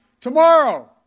Tomorrow